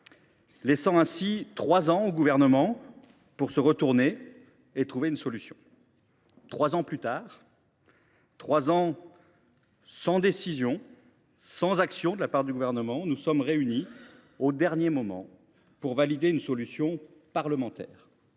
laissait trois ans au Gouvernement pour se retourner et trouver une solution. Trois ans plus tard – trois ans sans décision, sans action de la part du Gouvernement –, nous sommes réunis, au dernier moment, pour valider une solution parlementaire